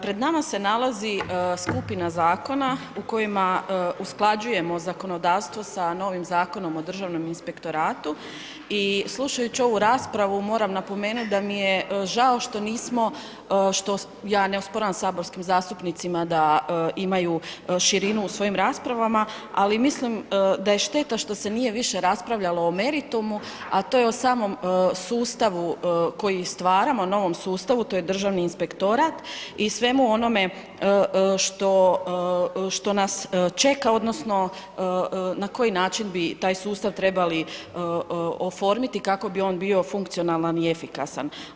Pred nama se nalazi skupina zakona u kojima usklađujemo zakonodavstvo sa novim Zakonom o Državnom inspektoratu i slušajući ovu raspravu moram napomenuti da mi je žao što nismo, ja ne osporavam saborskim zastupnicima da imaju širinu u svojim raspravama, ali mislim da je šteta što se nije više raspravljalo o meritumu, a to je o samom sustavu koji stvaramo, novom sustavu, to je Državni inspektorat i svemu onome što nas čeka, odnosno na koji način bi taj sustav trebali oformiti kako bi on bio funkcionalan i efikasan.